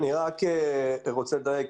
אני רק רוצה לדייק,